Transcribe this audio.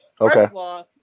okay